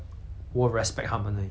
!wah! 看到他们很高这样